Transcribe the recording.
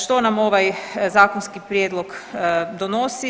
Što nam ovaj zakonski prijedlog donosi?